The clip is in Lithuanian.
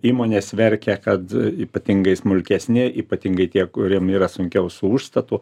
įmonės verkia kad ypatingai smulkesni ypatingai tie kuriem yra sunkiau su užstatu